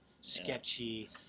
sketchy